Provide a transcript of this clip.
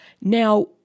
Now